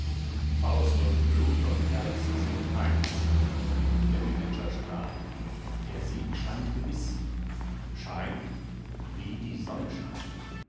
faust und blut und herz sind eins der manager strahlte der sieg scheint gewiß scheint wie die sonne scheint